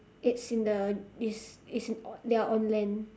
it's in the is is on they are on land